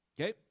Okay